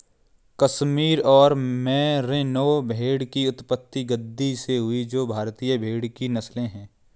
कश्मीर और मेरिनो भेड़ की उत्पत्ति गद्दी से हुई जो भारतीय भेड़ की नस्लें है